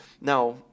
Now